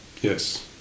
yes